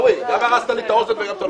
גם הרסת לי את האוזן וגם אתה לא מקשיב?